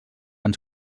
ens